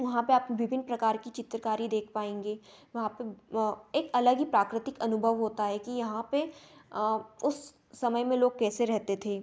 वहाँ पे आप विभिन्न प्रकार की चित्रकारी देख पाएंगे वहाँ पे एक अलग ही प्राकृतिक अनुभव होता है कि यहाँ पे उस समय में लोग कैसे रहते थे